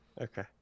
Okay